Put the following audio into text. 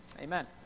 Amen